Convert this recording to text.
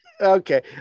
Okay